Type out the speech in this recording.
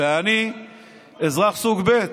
ואני אזרח סוג ב'.